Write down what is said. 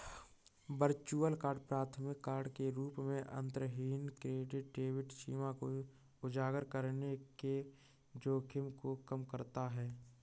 virtual card प्राथमिक card के रूप में अंतर्निहित क्रेडिट डेबिट सीमा को उजागर करने के जोखिम को कम करता है